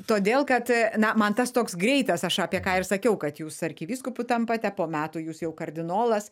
todėl kad na man tas toks greitas aš apie ką ir sakiau kad jūs arkivyskupu tampate po metų jūs jau kardinolas